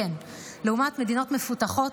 לעומת מדינות מפותחות,